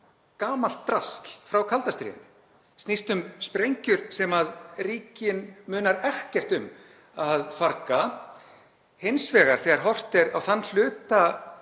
gamalt drasl frá kalda stríðinu, snýst um sprengjur sem ríkin munar ekkert um að farga. Hins vegar þegar horft er á þann hluta